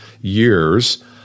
years